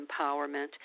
empowerment